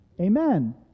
Amen